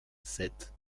sept